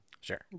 Sure